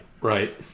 Right